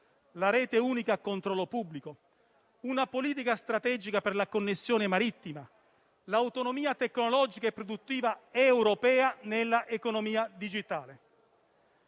la rete unica a controllo pubblico, una politica strategica per la connessione marittima, l'autonomia tecnologica e produttiva europea nell'economia digitale.